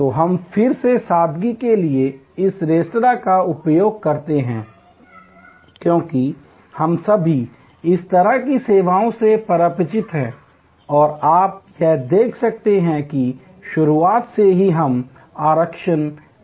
तो हम फिर से सादगी के लिए इस रेस्तरां का उपयोग करते हैं क्योंकि हम सभी इस तरह की सेवा से परिचित हैं और आप यहां देख सकते हैं कि शुरुआत से ही हम आरक्षण लेते हैं